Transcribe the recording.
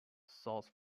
south